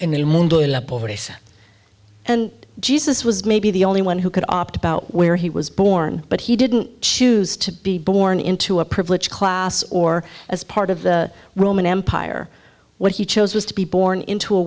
it and jesus was maybe the only one who could opt about where he was born but he didn't choose to be born into a privileged class or as part of the roman empire what he chose was to be born into a